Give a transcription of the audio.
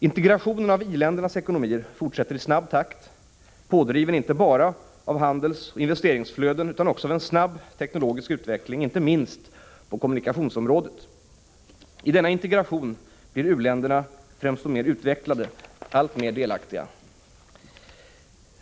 Integrationen av i-ländernas ekonomier fortsätter i snabb takt, pådriven inte bara av handelsoch investeringsflöden utan också av en snabb teknologisk utveckling inte minst på kommunikationsområdet. I denna integration blir u-länderna, främst de mer utvecklade, alltmer delaktiga.